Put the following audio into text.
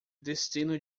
destino